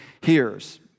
hears